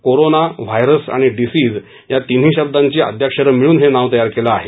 corona virus आणि disease या तिन्ही शब्दांची आद्याक्षरं मिळून हे नाव तयार केलं आहे